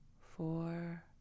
four